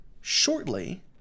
shortly